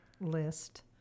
list